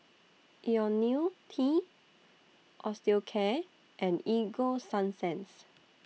Ionil T Osteocare and Ego Sunsense